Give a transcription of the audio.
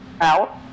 Out